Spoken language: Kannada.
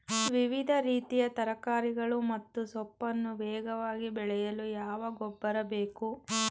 ವಿವಿಧ ರೀತಿಯ ತರಕಾರಿಗಳು ಮತ್ತು ಸೊಪ್ಪನ್ನು ವೇಗವಾಗಿ ಬೆಳೆಯಲು ಯಾವ ಗೊಬ್ಬರ ಬೇಕು?